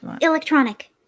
Electronic